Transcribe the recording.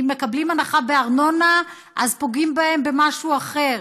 אם מקבלים הנחה בארנונה אז פוגעים בהם במשהו אחר,